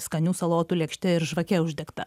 skanių salotų lėkšte ir žvake uždegta